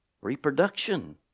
reproduction